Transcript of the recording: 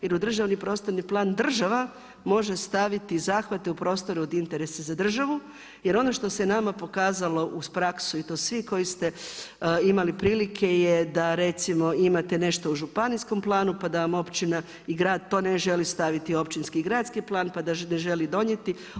Jer u državni prostorni plan država može staviti zahvate u prostru od interesa za državu, jer ono što se nam pokazalo uz praksu i to svi koji ste imali prilike je, da recimo imate nešto u županijskom planu, pa da vam općina i grad to ne želi staviti u općinski i gradski plan, pa da ne želi donijeti.